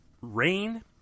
rain